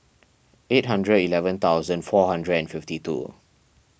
eight hundred eleven thousand four hundred and fifty two